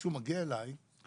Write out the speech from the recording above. כשהוא מגיע אליי,